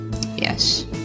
yes